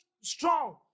strong